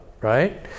right